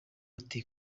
ati